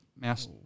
mass